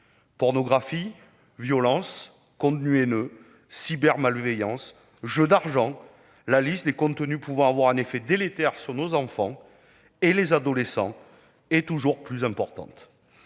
Pornographie, violence, contenus haineux, cybermalveillance, jeux d'argent, la liste des contenus pouvant avoir un effet délétère sur les enfants et les adolescents est toujours plus importante.